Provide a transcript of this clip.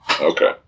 Okay